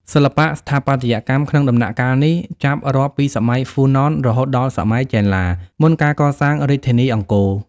សិល្បៈស្ថាបត្យកម្មក្នុងដំណាក់កាលនេះ ចាប់រាប់ពីសម័យហ្វូណន រហូតដល់សម័យចេនឡា មុនការកសាងរាជធានីអង្គរ។